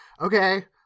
okay